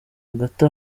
hagati